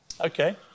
Okay